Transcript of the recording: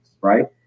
right